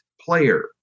player